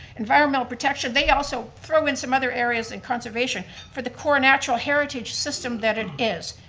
environmental protection, they also throw in some other areas in conservation for the core natural heritage system that it is.